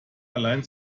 allein